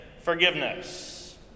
forgiveness